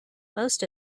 most